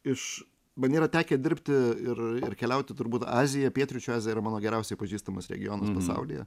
iš man yra tekę dirbti ir ir keliauti turbūt azija pietryčių azija yra mano geriausiai pažįstamas regionas pasaulyje